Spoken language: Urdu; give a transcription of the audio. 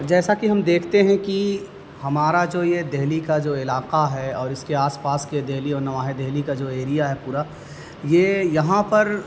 جیسا کہ ہم دیکھتے ہیں کہ ہمارا جو یہ دلی کا جو علاقہ ہے اور اس کے آس پاس کے دلی اور نواح ہے دلی کا جو ایریا ہے پورا یہ یہاں پر